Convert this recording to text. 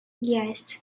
yes